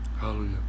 Hallelujah